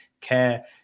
care